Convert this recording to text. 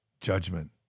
judgment